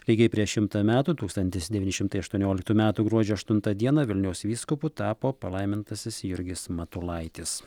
lygiai prieš šimtą metų tūkstantis devyni šimtai aštuonioliktų metų gruodžio aštuntą dieną vilniaus vyskupu tapo palaimintasis jurgis matulaitis